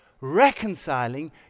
reconciling